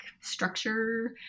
structure